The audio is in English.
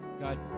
God